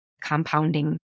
compounding